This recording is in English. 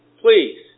please